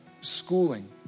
schooling